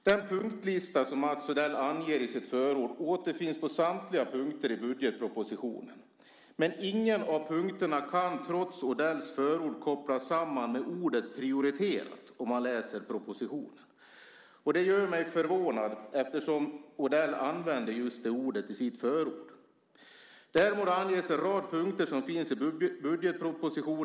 Den punktlista som Mats Odell anger i sitt förord återfinns på samtliga punkter i budgetpropositionen. Men ingen av punkterna kan trots Odells förord kopplas samman med ordet prioriterat om man läser propositionen. Det gör mig förvånad, eftersom Odell använder just det ordet i sitt förord. Däremot anges en rad punkter i budgetpropositionen.